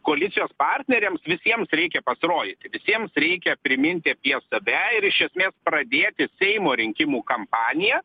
koalicijos partneriams visiems reikia pasirodyti visiems reikia priminti apie save ir iš esmės pradėti seimo rinkimų kampaniją